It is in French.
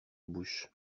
bouche